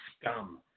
scum